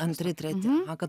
antri treti kad